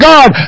God